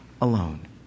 alone